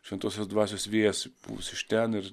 šventosios dvasios vėjas pūs iš ten ir